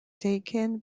taken